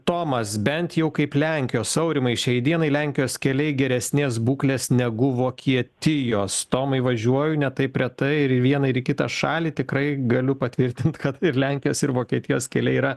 tomas bent jau kaip lenkijos aurimai šiai dienai lenkijos keliai geresnės būklės negu vokietijos tomai važiuoju ne taip retai ir į vieną ir į kitą šalį tikrai galiu patvirtint kad ir lenkijos ir vokietijos keliai yra